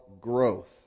growth